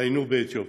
היינו באתיופיה.